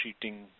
treating